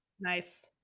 nice